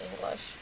English